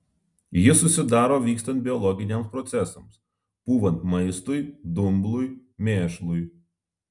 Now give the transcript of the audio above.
jis susidaro vykstant biologiniams procesams pūvant maistui dumblui mėšlui